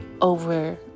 over